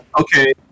Okay